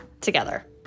together